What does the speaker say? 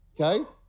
okay